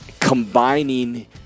combining